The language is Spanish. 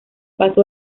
paso